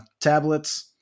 tablets